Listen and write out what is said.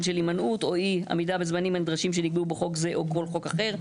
של הימנעות או עי-עמידה בזמנים שנקבעו בחוק זה או בכל חוק אחר".